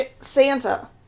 Santa